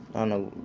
on a